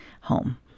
home